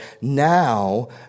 now